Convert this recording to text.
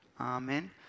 Amen